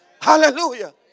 Hallelujah